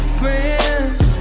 friends